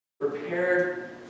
prepared